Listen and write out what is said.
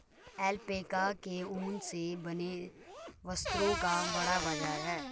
alpaca के ऊन से बने वस्त्रों का बड़ा बाजार है